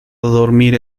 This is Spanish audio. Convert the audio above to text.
dormir